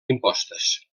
impostes